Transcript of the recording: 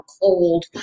cold